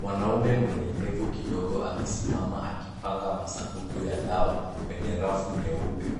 Mwanaume mwenye ndevu kidogo amesimama akipanga masanduku ya dawa kwenye rafu nyeupe,